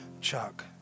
Chuck